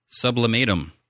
Sublimatum